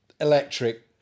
electric